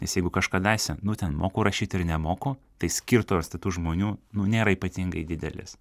nes jeigu kažkadaise nu ten moku rašyt ar nemoku tai skirtumas tarp tų žmonių nu nėra ypatingai didelis